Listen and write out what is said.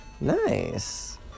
nice